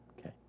Okay